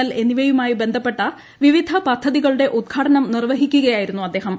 L എന്നിവയുമായി ബന്ധപ്പെട്ട വിവിധ പദ്ധതികളുടെ ഉദ്ഘാടനം നിർവ്വഹിക്കുകയായിരുന്നു അദ്ദേഹം